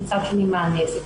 ומצד שני מה הנזק.